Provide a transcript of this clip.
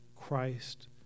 Christ